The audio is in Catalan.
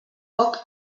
poc